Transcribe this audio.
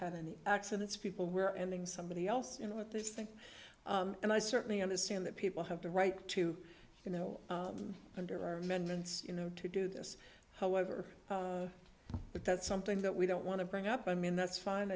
have any accidents people where ending somebody else you know with this thing and i certainly understand that people have the right to you know under our amendments you know to do this however but that's something that we don't want to bring up i mean that's fine